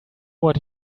what